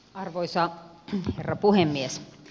arvoisa herra puhemies